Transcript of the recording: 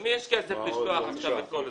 למי יש כסף עכשיו לשלוח את כל זה.